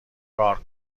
کار